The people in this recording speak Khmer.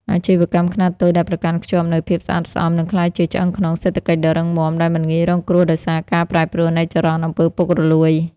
អាជីវកម្មខ្នាតតូចដែលប្រកាន់ខ្ជាប់នូវភាពស្អាតស្អំ នឹងក្លាយជាឆ្អឹងខ្នងសេដ្ឋកិច្ចដ៏រឹងមាំ ដែលមិនងាយរងគ្រោះដោយសារការប្រែប្រួលនៃចរន្ត អំពើពុករលួយ។